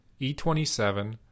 e27